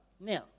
now